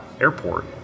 airport